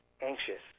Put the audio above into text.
anxious